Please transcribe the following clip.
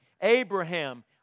Abraham